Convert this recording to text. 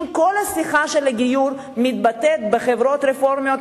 אם כל השיחה של הגיור מתבטאת בחברות הרפורמיות,